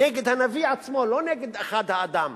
נגד הנביא עצמו, לא נגד אחד האדם,